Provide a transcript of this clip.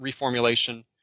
reformulation